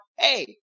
Hey